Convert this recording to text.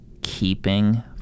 keeping